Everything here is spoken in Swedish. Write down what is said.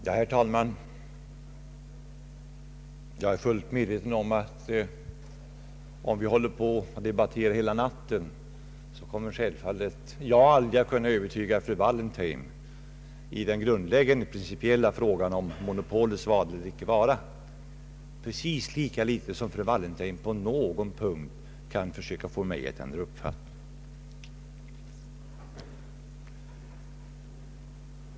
Herr talman! Jag är på det klara med att om vi också håller på och debatterar hela natten så kommer jag inte att kunna övertyga fru Wallentheim i den grundläggande principiella frågan om monopolets vara eller icke vara, precis lika litet som fru Wallentheim på någon punkt kan få mig att ändra uppfattning.